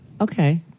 Okay